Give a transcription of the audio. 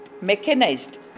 Mechanized